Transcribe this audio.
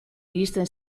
iristen